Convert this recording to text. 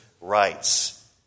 rights